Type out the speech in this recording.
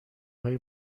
های